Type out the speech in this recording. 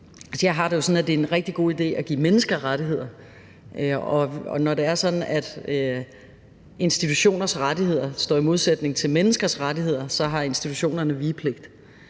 Jeg har det jo sådan, at det er en rigtig god idé at give mennesker rettigheder, og når det er sådan, at institutioners rettigheder står i modsætning til menneskers rettigheder, så har institutionerne vigepligt.